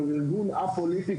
אנחנו ארגון א-פוליטי.